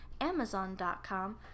Amazon.com